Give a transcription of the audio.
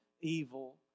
evil